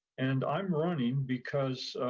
and i'm running because,